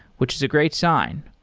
which is a great sign,